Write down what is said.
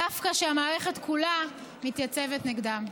דווקא כשהמערכת כולה מתייצבת נגדם.